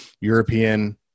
European